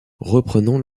reprenons